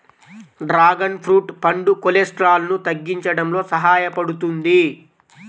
dragon fruit పండు కొలెస్ట్రాల్ను తగ్గించడంలో సహాయపడుతుంది